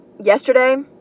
yesterday